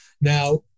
Now